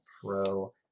pro